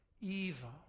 evil